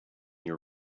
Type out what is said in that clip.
your